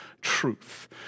truth